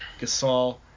Gasol